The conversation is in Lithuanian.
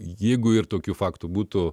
jeigu ir tokių faktų būtų